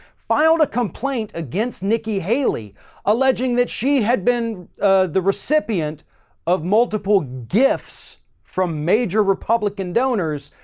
filed a complaint against nikki haley alleging that she had been the recipient of multiple gifts from major republican donors,